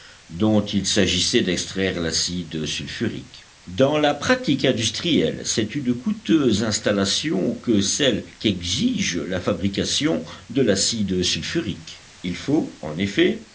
dont il s'agissait d'extraire l'acide sulfurique dans la pratique industrielle c'est une coûteuse installation que celle qu'exige la fabrication de l'acide sulfurique il faut en effet